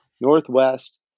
northwest